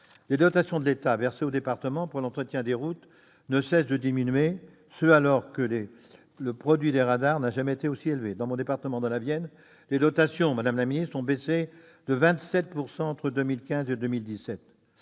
Les dotations versées par l'État aux départements pour l'entretien des routes ne cessent de diminuer, alors même que le produit des radars n'a jamais été aussi élevé. Dans mon département, la Vienne, les dotations ont baissé de 27 % entre 2015 et 2017.